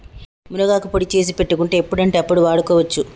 మునగాకు పొడి చేసి పెట్టుకుంటే ఎప్పుడంటే అప్పడు వాడుకోవచ్చు